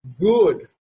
good